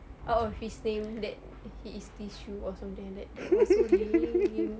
out of his name that he is tissue or something like that was so lame